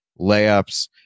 layups